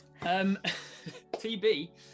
TB